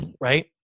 right